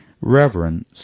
reverence